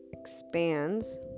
expands